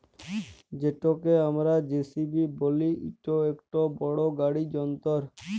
যেটকে আমরা জে.সি.বি ব্যলি ইট ইকট বড় গাড়ি যল্তর